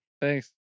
Thanks